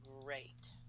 great